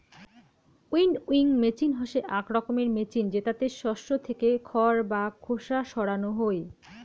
winnowing machine হসে আক রকমের মেচিন জেতাতে শস্য থেকে খড় বা খোসা সরানো হই